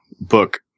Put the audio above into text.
book